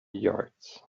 yards